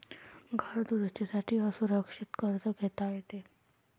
घर दुरुस्ती साठी असुरक्षित कर्ज घेता येते